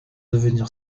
devenir